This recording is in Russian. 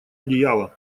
одеяло